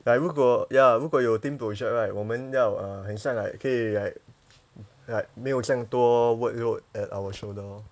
like 如果 ya 如果有 team project right 我们要 err 很像 like 可以 like like 没有这样多 workload at our shoulder lor